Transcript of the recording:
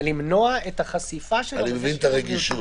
זה למנוע את החשיפה --- אני מבין את הרגישות.